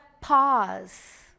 pause